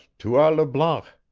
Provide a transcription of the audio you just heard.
tua le blanc,